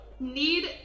need